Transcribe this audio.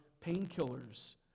painkillers